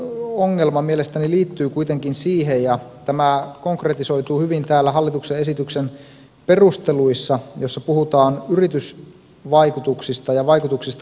erityisin ongelma mielestäni liittyy kuitenkin siihen mikä konkretisoituu hyvin täällä hallituksen esityksen perusteluissa joissa puhutaan yritysvaikutuksista ja vaikutuksista elinkeinoelämään